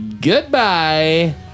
goodbye